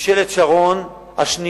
ממשלת ישראל, ממשלת שרון השנייה,